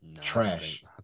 trash